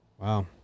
Wow